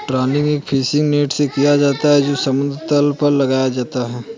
trawling एक fishing net से किया जाता है जो समुद्र तल पर लगाया जाता है